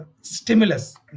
stimulus